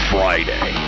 Friday